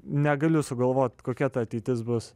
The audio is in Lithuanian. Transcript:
negaliu sugalvot kokia ta ateitis bus